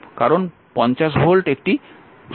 কারণ 50 ভোল্ট একটি উৎস